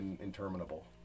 interminable